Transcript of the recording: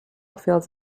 fields